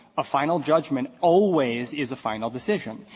a final judgment always is a final decision.